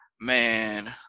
man